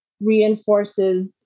reinforces